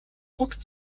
огт